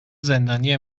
زندانی